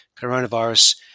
coronavirus